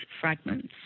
fragments